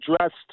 addressed